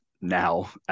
now